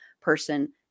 person